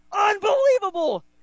Unbelievable